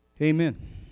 amen